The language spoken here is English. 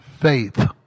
faith